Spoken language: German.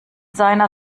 seiner